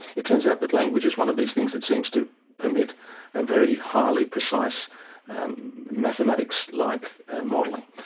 it turns out that language is one of these things that seems to permit a very highly precise mathematics-like modelling.